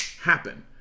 happen